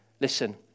Listen